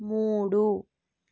మూడు